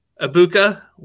Abuka